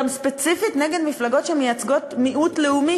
גם ספציפית נגד מפלגות שמייצגות מיעוט לאומי,